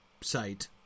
site